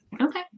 Okay